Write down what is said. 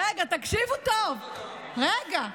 רגע, תקשיבו טוב, רגע.